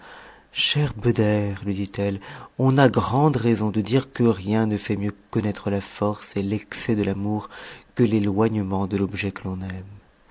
cher beder lui dit-elle on a grande raison de dire que rien ne fait mieux connaître la force et l'excès de i'amour que l'éloignement de l'objet que l'on aime